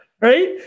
right